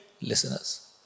listeners